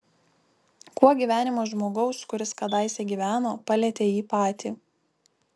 kuo gyvenimas žmogaus kuris kadaise gyveno palietė jį patį